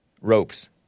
Ropes